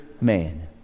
man